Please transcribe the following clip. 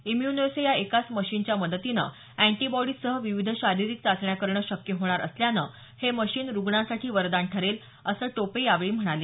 immunoassay या एकाच मशीनच्या मदतीने अँटीबॉडीजसह विविध शारीरिक चाचण्या करणं शक्य होणार असल्यानं हे मशीन रुग्णांसाठी वरदान ठरेल असं टोपे यावेळी म्हणाले